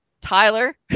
Tyler